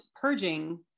purging